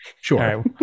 sure